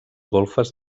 golfes